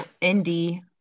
Indy